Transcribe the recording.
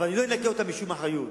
אבל אני לא אנקה אותם משום אחריות.